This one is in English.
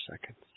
seconds